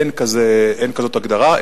אין כזאת הגדרה,